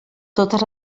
totes